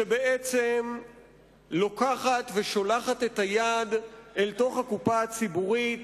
שבעצם לוקחת ושולחת את היד אל תוך הקופה הציבורית,